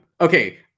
Okay